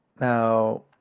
now